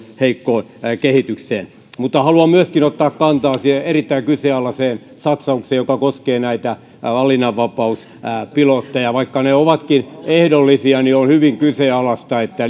heikkoon kehitykseen mutta haluan myöskin ottaa kantaa siihen erittäin kyseenalaiseen satsaukseen joka koskee näitä valinnanvapauspilotteja vaikka ne ovatkin ehdollisia on hyvin kyseenalaista että